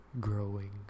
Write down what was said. Growing